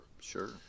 Sure